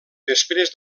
després